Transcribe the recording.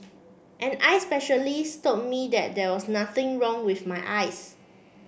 an eye specialist told me that there was nothing wrong with my eyes